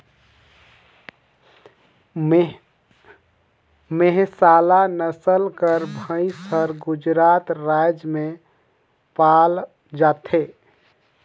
मेहसाला नसल कर भंइस हर गुजरात राएज में पाल जाथे